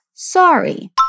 Sorry